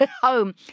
home